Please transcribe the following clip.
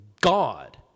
God